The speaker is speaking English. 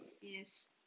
Yes